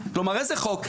כלומר איזה חוק?